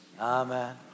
Amen